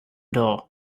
door